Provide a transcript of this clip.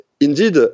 Indeed